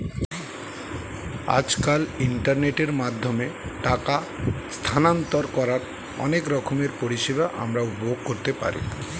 আজকাল ইন্টারনেটের মাধ্যমে টাকা স্থানান্তর করার অনেক রকমের পরিষেবা আমরা উপভোগ করতে পারি